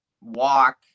walk